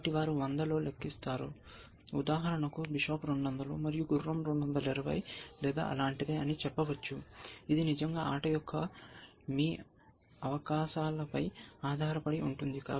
కాబట్టి వారు 100 లో లెక్కిస్తారు ఉదాహరణకు బిషప్ 200 మరియు గుర్రం 220 లేదా అలాంటిదే అని చెప్పవచ్చు ఇది నిజంగా ఆట యొక్క మీ అవకాశాలపై ఆధారపడి ఉంటుంది